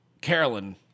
Carolyn